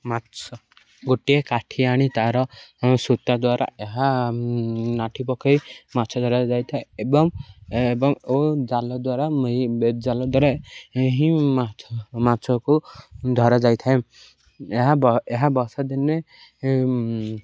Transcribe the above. ମାଛ ଗୋଟିଏ କାଠି ଆଣି ତା'ର ସୂତା ଦ୍ୱାରା ଏହା ନାଠି ପକେଇ ମାଛ ଧରାଯାଇଥାଏ ଏବଂ ଏବଂ ଓ ଜାଲ ଦ୍ୱାରା ବେତ ଜାଲ ଦ୍ୱାରା ହିଁ ମାଛ ମାଛକୁ ଧରାଯାଇଥାଏ ଏହା ଏହା ବର୍ଷାଦିନେ